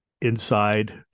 inside